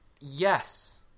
Yes